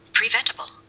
preventable